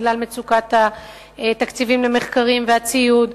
בגלל מצוקת התקציבים למחקרים ולציוד,